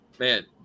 man